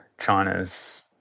China's